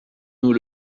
nous